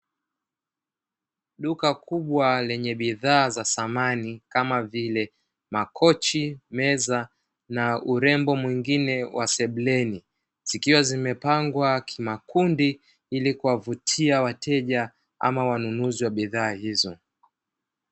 Duka kubwa lenye bidhaa za samani kama vile: makochi, meza na urembo mwingine wa sebuleni. Zikiwa zimepangwa kimakundi ili kuwavutia wateja ama wanunuzi wa bidhaa hizo.